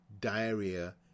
diarrhea